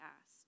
asked